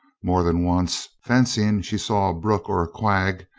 more than once, fancying she saw a brook or a quag,